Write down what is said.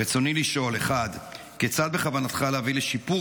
רצוני לשאול: 1. כיצד בכוונתך להביא לשיפור